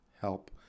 help